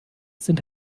sind